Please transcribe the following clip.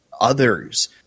others